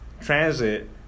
transit